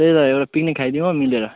त्यही भएर पिकनिक खाइदिउँ हौ मिलेर